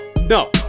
no